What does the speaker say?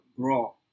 grow